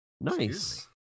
Nice